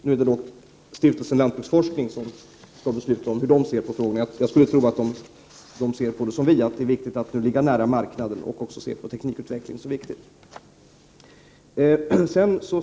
Nu är det Stiftelsen Lantbruksforskning som skall besluta om detta, men jag skulle tro att man inom stiftelsen ser på denna fråga på samma sätt som vi, nämligen att det är viktigt att ligga nära marknaden och även se över teknikutvecklingen.